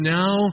now